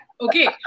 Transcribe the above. okay